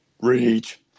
Reach